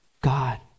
God